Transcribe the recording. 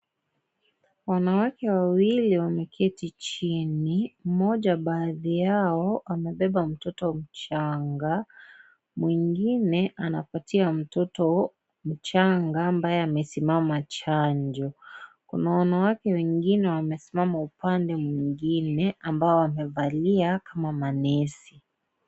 Wanawake wawili wameketi chini, Mmoja baadhi Yao amebeba mtoto mchanga, mwingine anapatia mtoto mchanga ambaye amesimama chanjo. Kuna wanawake wengine ambao wamesimama upande mwingine ambao wamevalia kama manesi.